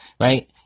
right